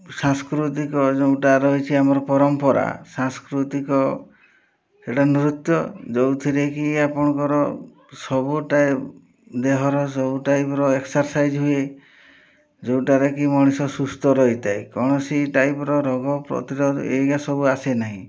ସାଂସ୍କୃତିକ ଯେଉଁଟା ରହିଛି ଆମର ପରମ୍ପରା ସାଂସ୍କୃତିକ ସେଇଟା ନୃତ୍ୟ ଯେଉଁଥିରେକି ଆପଣଙ୍କର ସବୁ ଟାଇପ୍ ଦେହର ସବୁ ଟାଇପ୍ର ଏକ୍ସର୍ସାଇଜ୍ ହୁଏ ଯେଉଁଟାରେକି ମଣିଷ ସୁସ୍ଥ ରହିଥାଏ କୌଣସି ଟାଇପ୍ର ରୋଗ ପ୍ରତିରୋଧ ହେରିକା ସବୁ ଆସେ ନାହିଁ